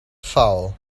foul